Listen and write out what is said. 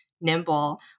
nimble